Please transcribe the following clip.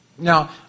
Now